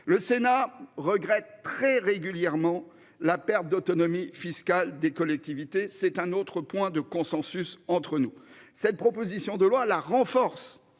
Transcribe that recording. Le Sénat regrette très régulièrement la perte d'autonomie fiscale des collectivités. C'est un autre point de consensus entre nous. Cette proposition de loi la renforce